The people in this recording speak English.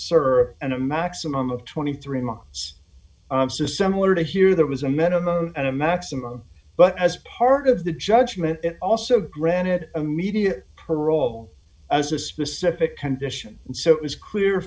sir and a maximum of twenty three months so similar to here there was a minimum and a maximum but as part of the judgment also granted immediate parole as a specific condition and so it was clear